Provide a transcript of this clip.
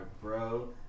bro